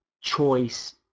choice